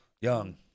Young